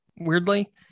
weirdly